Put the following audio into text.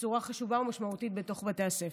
בצורה חשובה ומשמעותית לתוך בתי הספר.